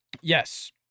Yes